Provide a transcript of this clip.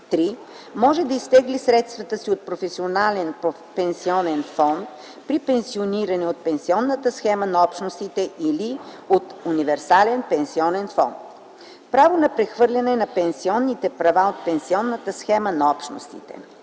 3. може да изтегли средствата си от професионален пенсионен фонд при пенсиониране от пенсионната схема на Общностите или от универсален пенсионен фонд. Право на прехвърляне на пенсионни права от пенсионната схема на Общностите